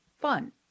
fun